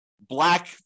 black